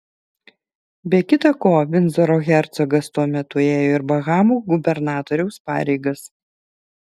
be kita ko vindzoro hercogas tuo metu ėjo ir bahamų gubernatoriaus pareigas